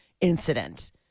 incident